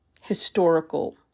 historical